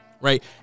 right